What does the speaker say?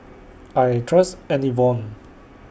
I Trust Enervon